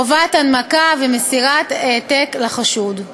חובת הנמקה ומסירת העתק לחשוד.